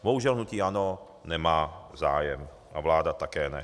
Bohužel, hnutí ANO nemá zájem a vláda také ne.